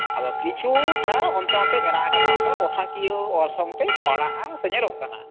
ᱟᱫᱚ ᱠᱤᱪᱷᱩ ᱴᱟ ᱚᱱᱛᱮ ᱱᱚᱛᱮ ᱢᱮᱱᱟᱜ ᱟᱠᱟᱫᱟ ᱟᱫᱚ ᱴᱚᱴᱷᱟᱠᱤᱭᱟᱹ ᱚᱨᱥᱚᱝ ᱛᱮ ᱯᱟᱲᱟᱜᱼᱟ ᱥᱮ ᱧᱮᱞᱚᱜ ᱠᱟᱱᱟ